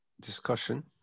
discussion